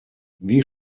wie